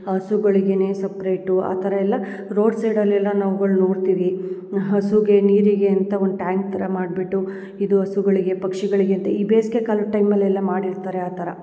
ಹಸುಗಳಿಗೇನೆ separate ಆ ಥರ ಎಲ್ಲ ರೋಡ್ ಸೈಡಲೆಲ್ಲ ನಾವ್ಗಳು ನೋಡ್ತೀವಿ ಹಸುಗೆ ನೀರಿಗೆ ಅಂತ ಒಂದು ಟ್ಯಾಂಕ್ ಥರ ಮಾಡ್ಬಿಟ್ಟು ಇದು ಹಸುಗಳಿಗೆ ಪಕ್ಷಿಗಳಿಗೆ ಅಂತ ಈ ಬೇಸ್ಗೆ ಕಾಲದ ಟೈಮಲೆಲ್ಲ ಮಾಡಿರ್ತಾರೆ ಆ ಥರ